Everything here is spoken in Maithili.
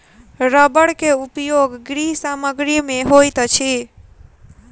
रबड़ के उपयोग गृह सामग्री में होइत अछि